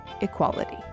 Equality